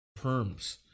Perms